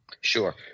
Sure